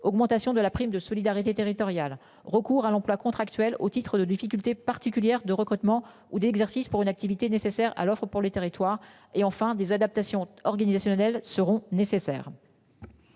augmentation de la prime de solidarité territoriale recours à l'emploi contractuel au titre de difficultés particulières de recrutement ou d'exercice pour une activité nécessaire à l'offre pour les territoires et enfin des adaptations organisationnelles seront nécessaires.